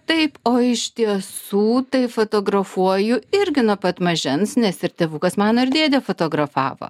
taip o iš tiesų tai fotografuoju irgi nuo pat mažens nes ir tėvukas mano ir dėdė fotografavo